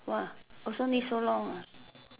!wah! also need so long ah